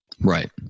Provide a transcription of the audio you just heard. Right